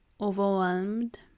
overwhelmed